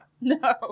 No